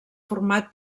format